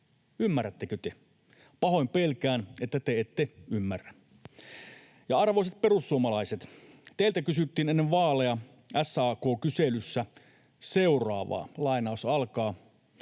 ymmärrättekö te? Pahoin pelkään, että te ette ymmärrä. Ja arvoisat perussuomalaiset, teiltä kysyttiin ennen vaaleja SAK-kyselyssä seuraavaa: ”Eduskunnan